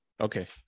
okay